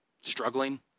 struggling